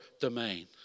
domain